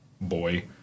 boy